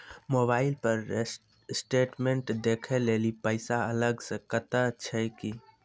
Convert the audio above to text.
Mobile पर statement देखे लेली पैसा अलग से कतो छै की?